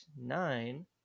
nine